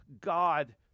God